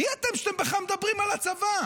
מי אתם שאתם בכלל מדברים על הצבא?